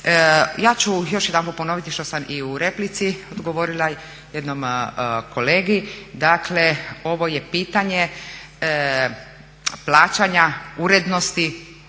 Ja ću još jedanput ponoviti što sam i u replici odgovorila jednom kolegi, dakle ovo je pitanje plaćanja urednosti